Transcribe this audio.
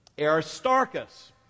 Aristarchus